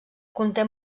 conté